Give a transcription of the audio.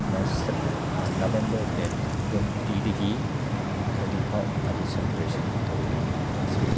November date ꯇ꯭ꯋꯦꯟꯇꯤꯗꯒꯤ thirty ꯐꯥꯎ ꯑꯗꯨ ꯁꯦꯂꯦꯕ꯭ꯔꯦꯁꯟ ꯇꯧꯕꯅꯤ ꯑꯁꯤ